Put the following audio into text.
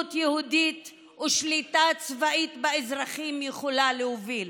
עליונות יהודית ושליטה צבאית באזרחים יכולות להוביל.